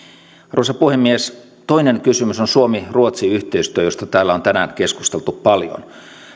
arvoisa puhemies toinen kysymys on suomi ruotsi yhteistyö josta täällä on tänään keskusteltu paljon